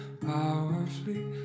powerfully